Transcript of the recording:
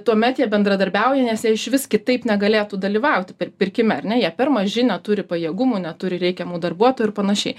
tuomet jie bendradarbiauja nes jie išvis kitaip negalėtų dalyvauti pir pirkime ar ne jie per maži neturi pajėgumų neturi reikiamų darbuotojų ir panašiai